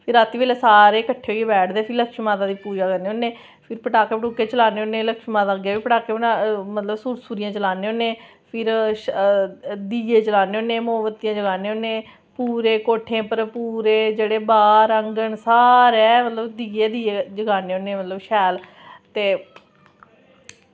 फिर रातीं बेल्लै सारे किट्ठे होइयै बैठदे फिर लक्ष्मी माता दी पूजा करने होने फिर पटाखे चलान्ने होन्ने लक्ष्मी माता अग्गें बी सुरसुरियां चलान्ने होन्ने फिर दीये जलान्ने होन्ने मोमबतियां जलान्ने होन्ने पूरे कोठे उप्पर पूरे बाहर आंगन सारे मतलब दीये गै दीये जलान्ने होन्ने शैल ते